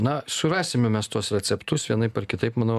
na surasime mes tuos receptus vienaip ar kitaip manau